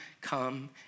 come